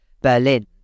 Berlin